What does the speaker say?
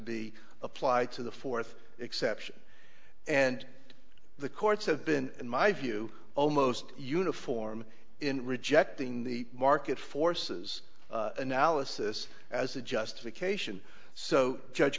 be applied to the fourth exception and the courts have been in my view almost uniform in rejecting the market forces analysis as a justification so judge